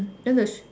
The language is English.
just a